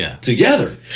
together